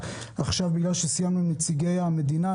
אחרי שסיימנו עם נציגי המדינה,